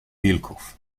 wilków